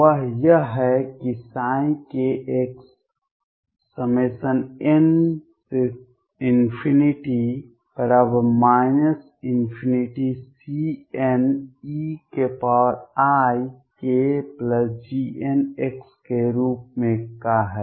वह यह है कि kx n ∞CneikGnx के रूप का है